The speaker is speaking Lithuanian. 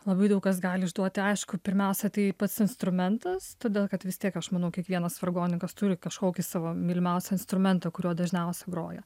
labai daug kas gali išduoti aišku pirmiausia tai pats instrumentas todėl kad vis tiek aš manau kiekvienas vargoninkas turi kažkokį savo mylimiausią instrumentą kuriuo dažniausiai groja